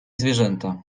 zwierzęta